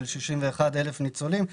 61,000 ניצולים.